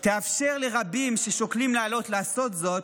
תאפשר לרבים ששוקלים לעלות לעשות זאת,